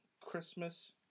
Christmas